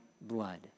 blood